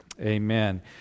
amen